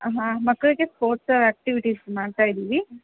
ಹಾಂ ಮಕ್ಕಳಿಗೆ sports activities ಮಾಡ್ತಾ ಇದ್ದೀವಿ